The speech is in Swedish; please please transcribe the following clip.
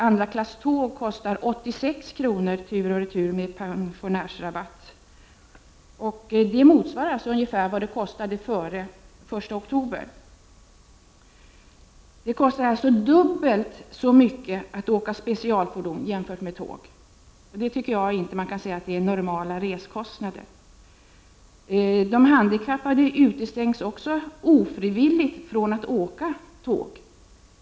Andra klass tågbiljett kostar 86 kr. tur och retur med pensionärsrabatt. Det motsvarar ungefär tidigare taxa, dvs. före den 1 oktober. Det kostar alltså dubbelt så mycket att åka specialfordon jämfört med tåg, och jag tycker inte att det är normala reskostnader. De handikappade utestängs också ofrivilligt från att åka tåg.